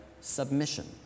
submission